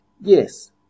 yes